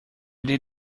did